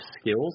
skills